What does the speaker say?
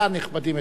בוודאי,